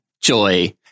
Joy